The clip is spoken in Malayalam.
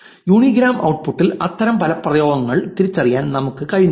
യൂണിഗ്രാം ഔട്ട്പുട്ടിൽ അത്തരം പദപ്രയോഗങ്ങൾ തിരിച്ചറിയാൻ നമുക്ക് കഴിഞ്ഞില്ല